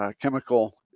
Chemical